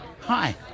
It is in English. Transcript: hi